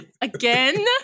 Again